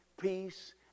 peace